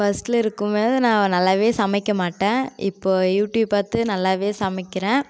ஃபஸ்ர்ட்டில் இருக்கும் போது நான் நல்லா சமைக்க மாட்டேன் இப்போ யூடியூப் பார்த்து நல்லா சமைக்கிறேன்